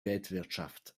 weltwirtschaft